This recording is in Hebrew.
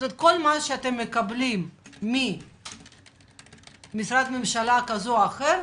כל מה שאתם מקבלים ממשרד ממשלה זה או אחר,